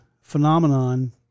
Phenomenon